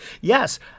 Yes